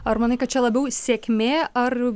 ar manai kad čia labiau sėkmė ar